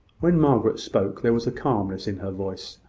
when margaret spoke, there was a calmness in her voice,